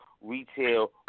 retail